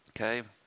okay